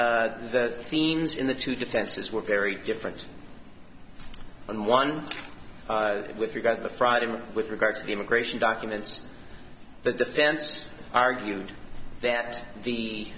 the themes in the two defenses were very different and one with regard to friday with regard to immigration documents the defense argued that the